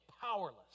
powerless